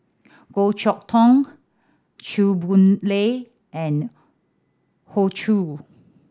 Goh Chok Tong Chew Boon Lay and Hoey Choo